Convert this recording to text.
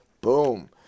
Boom